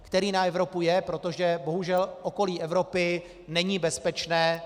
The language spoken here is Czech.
Který na Evropu je, protože bohužel okolí Evropy není bezpečné.